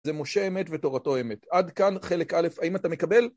זה משה אמת ותורתו אמת. עד כאן חלק א', האם אתה מקבל?